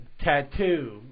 tattoo